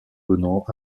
donnant